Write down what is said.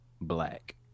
Black